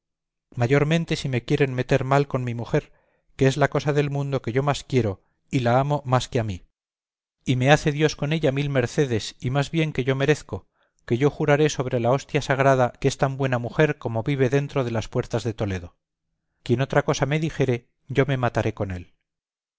mayormente si me quieren meter mal con mi mujer que es la cosa del mundo que yo más quiero y la amo más que a mí y me hace dios con ella mil mercedes y más bien que yo merezco que yo juraré sobre la hostia consagrada que es tan buena mujer como vive dentro de las puertas de toledo quien otra cosa me dijere yo me mataré con él